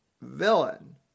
villain